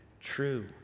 true